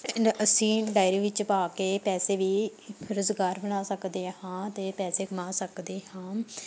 ਅਸੀਂ ਡਾਇਰੀ ਵਿੱਚ ਪਾ ਕੇ ਪੈਸੇ ਵੀ ਰੁਜ਼ਗਾਰ ਬਣਾ ਸਕਦੇ ਹਾਂ ਅਤੇ ਪੈਸੇ ਕਮਾ ਸਕਦੇ ਹਾਂ